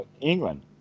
England